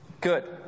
Good